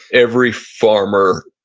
every farmer,